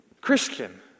Christian